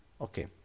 Okay